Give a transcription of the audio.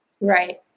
Right